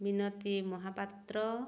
Minati Mohapatra